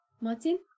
Martin